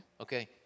Okay